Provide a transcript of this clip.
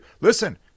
listen